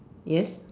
yes